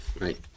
right